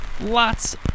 Lots